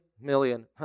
million